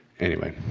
anyway.